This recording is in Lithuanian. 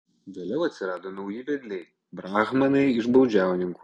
vėliau atsirado nauji vedliai brahmanai iš baudžiauninkų